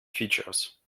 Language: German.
features